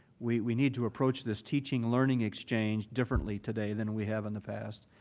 we need to approach this teaching learning exchange differently today than we have in the past,